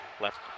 Left